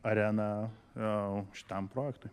arena šitam projektui